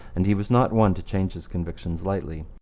and he was not one to change his convictions lightly.